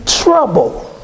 trouble